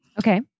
Okay